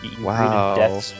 wow